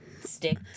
Stick